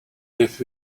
live